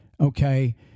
Okay